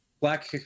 Black